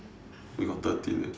we got thirteen eh